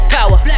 Power